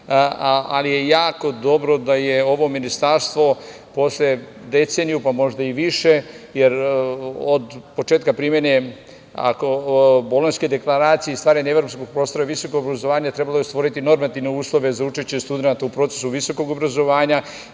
ali je jako dobro da je ovo ministarstvo, posle deceniju pa možda i više, jer od početka primene Bolonjske deklaracije i stvaranja evropskog prostora visokog obrazovanja trebalo je stvoriti normativne uslove za učešće studenata u procesu visokog obrazovanja,